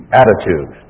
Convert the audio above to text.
attitude